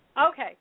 okay